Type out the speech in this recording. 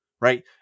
right